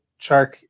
Chark